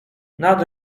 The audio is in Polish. nad